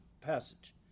passage